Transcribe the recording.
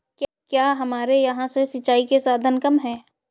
क्या हमारे यहाँ से सिंचाई के साधन कम है?